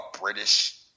British